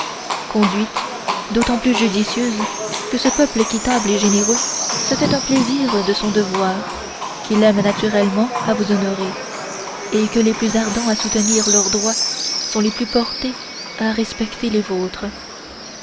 conduite d'autant plus judicieuse que ce peuple équitable et généreux se fait un plaisir de son devoir qu'il aime naturellement à vous honorer et que les plus ardents à soutenir leurs droits sont les plus portés à respecter les vôtres